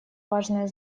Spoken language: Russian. важное